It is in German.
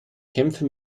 kämpfe